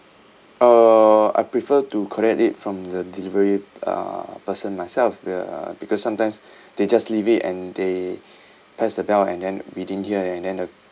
uh I prefer to collect it from the delivery uh person myself ya because sometimes they just leave it and they press the bell and then we didn't hear and then the